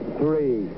three